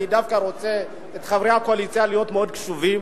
אני דווקא רוצה שחברי הקואליציה יהיו מאוד קשובים,